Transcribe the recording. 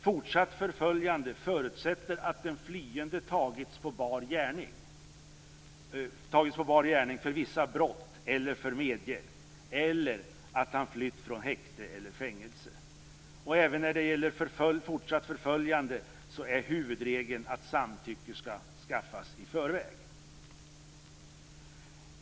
Fortsatt förföljande förutsätter att den flyende tagits på bar gärning för vissa brott eller för medhjälp, eller att han flytt från häkte eller fängelse. Även när det gäller fortsatt förföljande är huvudregeln att samtycke skall inhämtas i förväg.